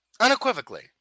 Unequivocally